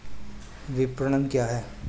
विपणन क्या है?